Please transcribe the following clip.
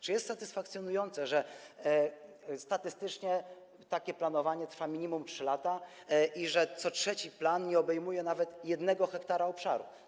Czy jest satysfakcjonujące, że statystycznie takie planowanie trwa minimum 3 lata i że co trzeci plan nie obejmuje nawet 1 ha obszaru?